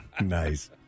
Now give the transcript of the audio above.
Nice